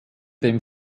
dem